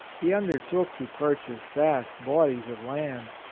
he undertook to purchase vast bodies of land.